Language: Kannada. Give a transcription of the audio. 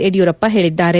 ಯಡಿಯೂರಪ್ಪ ಹೇಳಿದ್ದಾರೆ